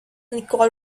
nicole